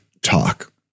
talk